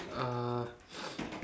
uh